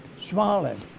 smiling